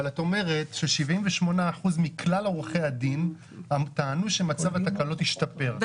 אבל את אומרת ש-78% מכלל עורכי הדין טענו שמצב התקלות השתפר,